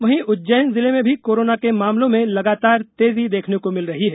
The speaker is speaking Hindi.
वहीं उज्जैन जिले में भी कोरोना के मामलों में लगातार तेजी देखने को मिल रही है